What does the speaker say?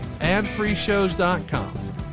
AdFreeShows.com